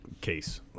case